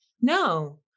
no